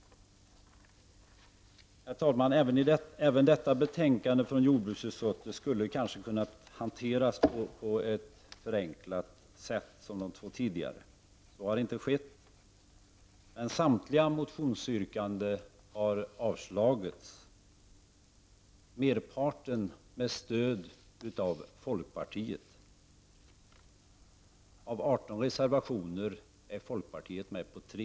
Herr talman! Även detta betänkande från jordbruksutskottet skulle kanske ha kunnat hanteras på ett förenklat sätt, som de två tidigare. Så har inte skett, men samtliga motionsyrkanden har avstyrkts, merparten med hjälp av folkpartiet. Av 18 reservationer är folkpartiet med på tre.